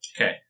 Okay